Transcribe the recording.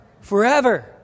Forever